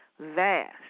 vast